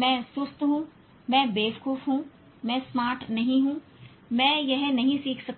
मैं सुस्त हूं मैं बेवकूफ हूं मैं स्मार्ट नहीं हूं मैं यह नहीं सीख सकता